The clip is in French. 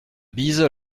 bise